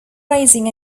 racing